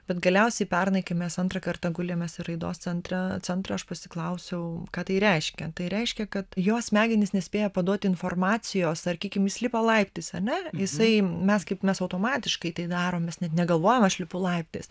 bet galiausiai pernai kai mes antrą kartą gulėmės į raidos centre centrą aš pasiklausiau ką tai reiškia tai reiškia kad jo smegenys nespėja paduoti informacijos sarkykim jis lipa laiptais ar ne jisai mes kaip mes automatiškai tai darom mes net negalvojam aš lipu laiptais